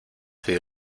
sido